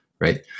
right